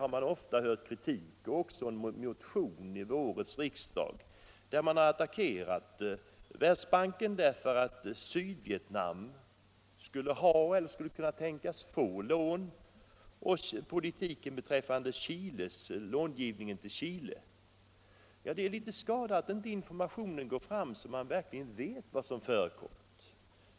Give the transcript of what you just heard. Man har ofta hört kritik på den punkten, och vid årets riksdag finns det också en motion där Världsbanken attackeras för sin långivningspolitik gentemot Sydvietnam och Chile. Det är skada att inte informationen går fram så att man verkligen vet vad som förekommer.